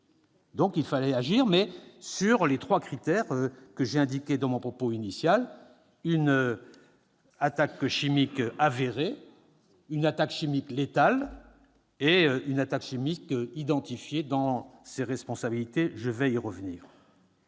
? Il fallait agir, mais en se fondant sur les trois critères que j'ai indiqués dans mon propos liminaire : une attaque chimique avérée, une attaque chimique létale et une attaque chimique identifiée dans ses responsabilités, un point sur